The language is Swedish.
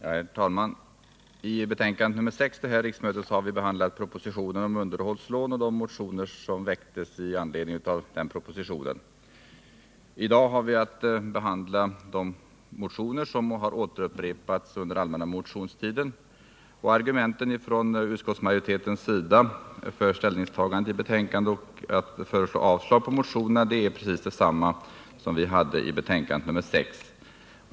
Herr talman! I civilutskottets betänkande nr 6 till detta riksmöte behandlades propositionen om underhållslån och de motioner som väckts med anledning av propositionen. I dag har vi att behandla de motioner som har upprepats under allmänna motionstiden. Argumenten från utskottsmajoritetens sida för ställningstagandet att i betänkandet föreslå avslag på motionerna är precis desamma som de vi anförde i betänkande nr 6.